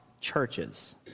churches